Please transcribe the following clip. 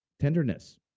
tenderness